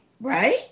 right